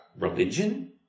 religion